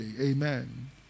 amen